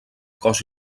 cos